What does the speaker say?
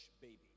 baby